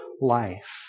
life